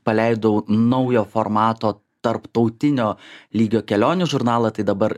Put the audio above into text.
paleidau naujo formato tarptautinio lygio kelionių žurnalą tai dabar